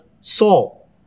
Saul